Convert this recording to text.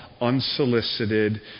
unsolicited